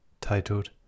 titled